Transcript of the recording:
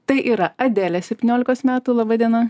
tai yra adelė septyniolikos metų laba diena